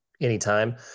anytime